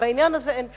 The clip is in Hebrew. ובעניין הזה אין פשרות,